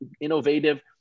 innovative